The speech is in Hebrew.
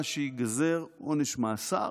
נדרש שייגזר עונש מאסר,